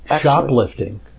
Shoplifting